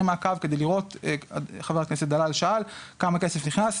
מעקב כדי לראות חבר הכנסת דלל שאל: כמה כסף נכנס?